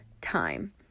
time